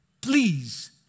please